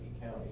County